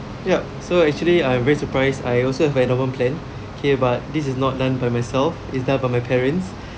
yup so actually I very surprised I also have endowment plan okay but this is not done by myself it's done by my parents